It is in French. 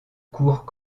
cours